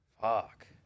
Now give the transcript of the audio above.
Fuck